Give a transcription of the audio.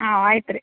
ಹಾಂ ಆಯ್ತು ರೀ